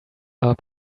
are